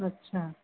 अच्छा